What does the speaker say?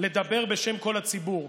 לדבר בשם כל הציבור.